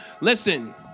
Listen